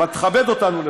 תכבד אותנו,